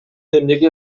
эмнеге